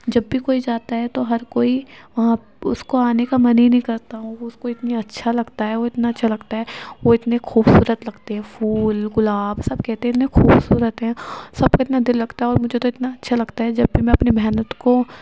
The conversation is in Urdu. جب بھی کوئی جاتا ہے تو ہر کوئی وہاں اس کو آنے کا من ہی نہیں کرتا اس کو اتنی اچھا لگتا ہے وہ اتنا اچھا لگتا ہے وہ اتنے خوبصورت لگتے ہیں پھول گلاب سب کہتے ہیں اتنے خوبصورت ہیں سب کے اتنا دل لگتا ہے اور مجھے تو اتنا اچھا لگتا ہے جب بھی میں اپنے محنت کو